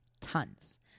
Tons